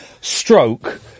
stroke